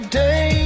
day